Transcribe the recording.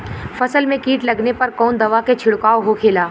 फसल में कीट लगने पर कौन दवा के छिड़काव होखेला?